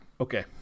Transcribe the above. Okay